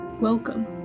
welcome